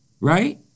right